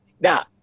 now